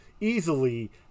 easily